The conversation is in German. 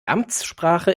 amtssprache